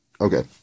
Okay